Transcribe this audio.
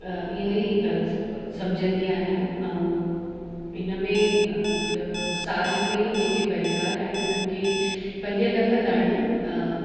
इहो ई सम्झंदी आहियां ऐं इन में मतिलबु साल में जेके परिवार आहिनि उन्हनि खे पंज लख ताईं